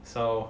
so